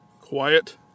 Quiet